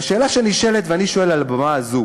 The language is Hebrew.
והשאלה שנשאלת, ואני שואל על במה זו: